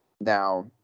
Now